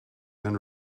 and